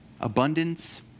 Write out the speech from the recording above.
abundance